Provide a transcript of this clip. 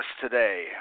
today